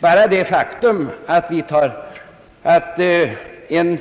Bara det faktum att inte mindre än